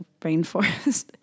rainforest